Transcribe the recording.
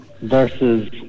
versus